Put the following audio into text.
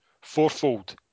Fourfold